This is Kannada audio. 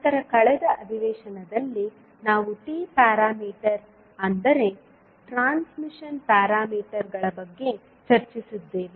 ನಂತರ ಕಳೆದ ಅಧಿವೇಶನದಲ್ಲಿ ನಾವು T ಪ್ಯಾರಾಮೀಟರ್ ಅಂದರೆ ಟ್ರಾನ್ಸ್ ಮಿಷನ್ ಪ್ಯಾರಾಮೀಟರ್ಗಳ ಬಗ್ಗೆ ಚರ್ಚಿಸಿದ್ದೇವೆ